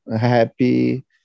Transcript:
happy